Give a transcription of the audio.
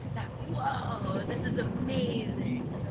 that, whoa, this is amazing!